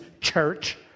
church